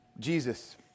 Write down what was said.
Jesus